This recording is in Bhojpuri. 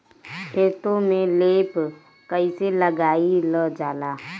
खेतो में लेप कईसे लगाई ल जाला?